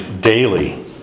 daily